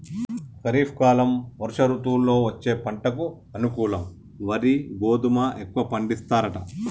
ఖరీఫ్ కాలం వర్ష ఋతువుల్లో వచ్చే పంటకు అనుకూలం వరి గోధుమ ఎక్కువ పండిస్తారట